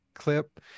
clip